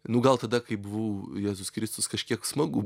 nu gal tada kai buvau jėzus kristus kažkiek smagu